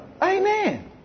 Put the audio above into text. amen